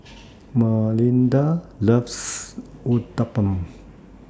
Malinda loves Uthapam